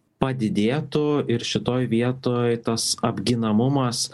padidėtų ir šitoj vietoj tas apginamumas